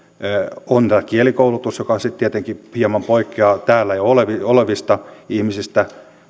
on tämä kielikoulutus joka sitten tietenkin hieman poikkeaa täällä jo olevista ihmisistä